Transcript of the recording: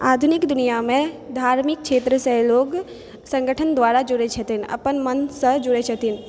आधुनिक दुनिआमे धार्मिक क्षेत्र सॅं लोग संगठन द्वारा जुड़ै छथिन अपन मन से जुड़ै छथिन